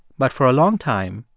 but for a long time,